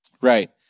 Right